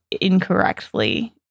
incorrectly